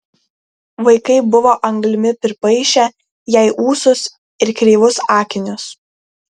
vaikai buvo anglimi pripaišę jai ūsus ir kreivus akinius